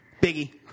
Biggie